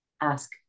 ask